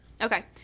Okay